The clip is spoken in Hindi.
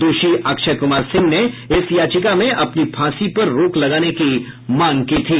दोषी अक्षय कुमार सिंह ने इस याचिका में अपनी फांसी पर रोक लगाने की मांग की थी